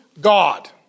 God